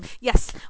Yes